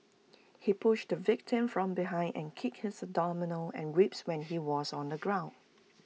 he pushed the victim from behind and kicked his abdomen and ribs when he was on the ground